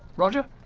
roger,